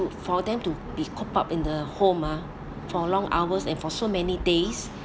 for them to be cooped up in the home ah for long hours and for so many days